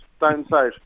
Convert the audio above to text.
Downside